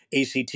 act